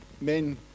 Men